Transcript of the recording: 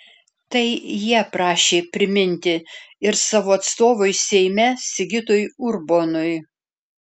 tai jie prašė priminti ir savo atstovui seime sigitui urbonui